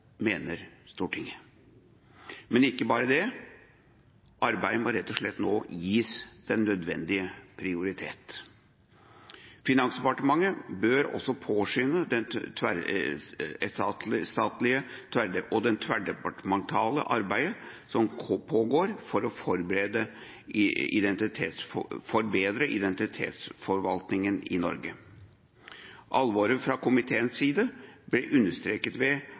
mener Stortinget. Men ikke bare det, arbeidet må nå rett og slett gis nødvendig prioritet. Finansdepartementet bør også påskynde det tverretatlige og tverrdepartementale arbeidet som pågår for å forbedre identitetsforvaltningen i Norge. Alvoret fra komiteens side blir understreket ved